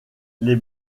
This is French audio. les